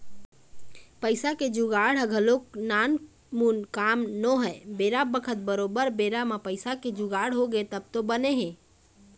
पइसा के जुगाड़ ह घलोक नानमुन काम नोहय बेरा बखत बरोबर बेरा म पइसा के जुगाड़ होगे तब तो बने हे